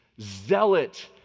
zealot